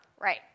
right